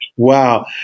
Wow